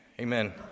Amen